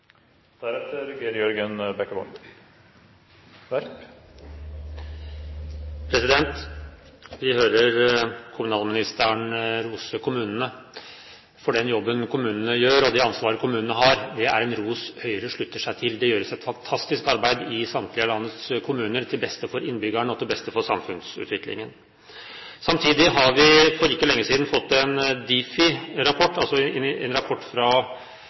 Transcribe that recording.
Vi hører kommunalministeren rose kommunene for den jobben de gjør, og det ansvaret kommunene har. Det er en ros Høyre slutter seg til. Det gjøres et fantastisk arbeid i samtlige av landets kommuner til beste for innbyggerne og til beste for samfunnsutviklingen. Samtidig har vi for ikke lenge siden fått en Difi-rapport – altså en rapport fra et direktorat i statsforvaltningen – hvor det sies at det har skjedd en